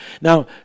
now